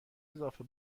اضافه